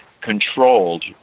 controlled